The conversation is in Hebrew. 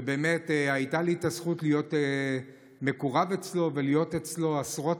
שהייתה לי הזכות להיות מקורב אצלו ולהיות אצלו עשרות